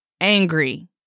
angry